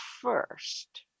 first